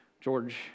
George